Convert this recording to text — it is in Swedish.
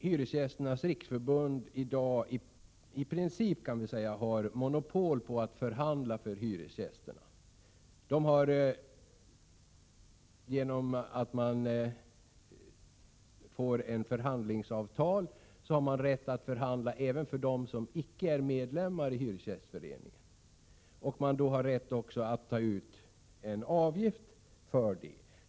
Hyresgästernas riksförbund har i dag i princip monopol på att förhandla för hyresgästerna. Hyresgästernas riksförbund har genom ett förhandlingsavtal rätt att förhandla även för dem som inte är medlemmar i organisationen. Man har också rätt att ta ut en avgift för det.